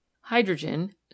Hydrogen